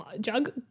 jug